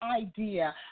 idea